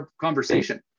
conversation